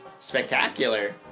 Spectacular